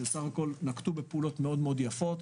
שסך הכול נקטו בפעולות מאוד יפות.